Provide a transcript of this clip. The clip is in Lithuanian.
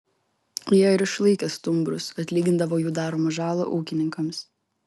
jie ir išlaikė stumbrus atlygindavo jų daromą žalą ūkininkams